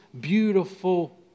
beautiful